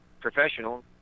professional